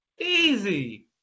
easy